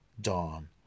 dawn